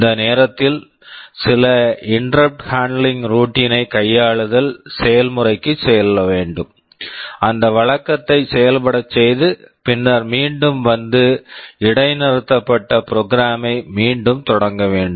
இந்த நேரத்தில் சில interrupt handling routine interrupt handling routine ஐ கையாளுதல் செயல்முறைக்குச் செல்ல வேண்டும் அந்த வழக்கத்தை செயல்பட செய்து பின்னர் மீண்டும் வந்து இடைநிறுத்தப்பட்ட ப்ரோக்ராம் program ஐ மீண்டும் தொடங்க வேண்டும்